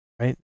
right